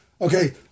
Okay